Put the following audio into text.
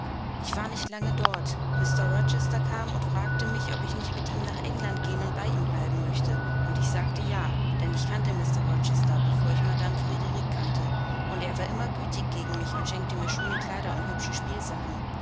ich war nicht lange dort mr rochester kam und fragte mich ob ich mit ihm nach england gehen und bei ihm bleiben möchte und ich sagte ja denn ich kannte mr rochester bevor ich madame frederic kannte und er war immer gütig gegen mich und schenkte mir schöne kleider und hübsche